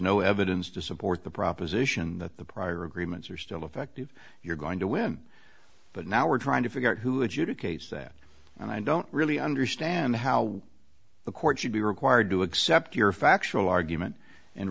no evidence to support the proposition that the prior agreements are still effective you're going to win but now we're trying to figure out who educates that and i don't really understand how the court should be required to accept your factual argument and